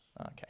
okay